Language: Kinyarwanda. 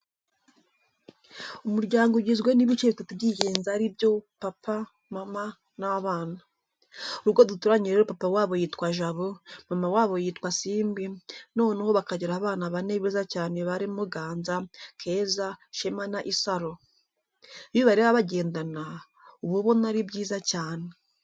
Umuryango ugizwe n'ibice bitatu by'ingenzi ari byo: papa, mama n'abana. Urugo duturanye rero papa wabo yitwa Jabo, mama wabo yitwa Simbi, noneho bakagira abana bane beza cyane barimo Ganza, keza, Shema na Isaro. Iyo ubareba bagendana uba ubona ari byiza cyane.